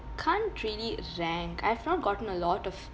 can't really rank I've not gotten a lot of